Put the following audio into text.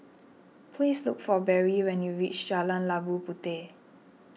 please look for Berry when you reach Jalan Labu Puteh